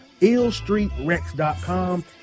illstreetrex.com